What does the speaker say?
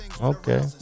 Okay